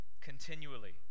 continually